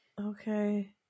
okay